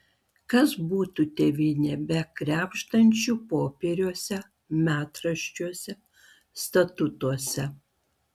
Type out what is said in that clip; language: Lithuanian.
kas būtų tėvynė be krebždančių popieriuose metraščiuose statutuose